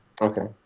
Okay